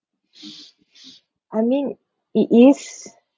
I mean it is